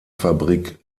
fabrik